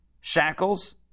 shackles